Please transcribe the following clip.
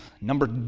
number